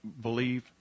believe